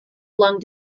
lung